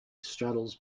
straddles